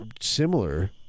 similar